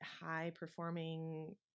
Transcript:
high-performing